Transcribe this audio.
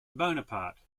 bonaparte